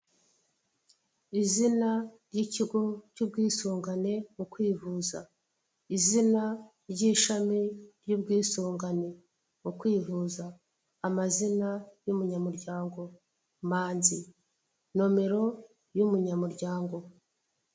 Izina ry'ikigo cy'ubwisungane mu kwivuza. Izina ry'ishami ry'ubwisungane mu kwivuza. Amazina y'umunyamurwango Manzi, nomero y'umunyamuryango.